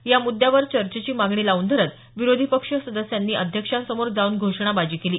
या मुद्दावर चर्चेची मागणी लाऊन धरत विरोधी पक्ष सदस्यांनी अध्यक्षांसमोर जाऊन घोषणाबाजी केली